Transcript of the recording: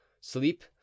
Sleep